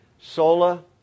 Sola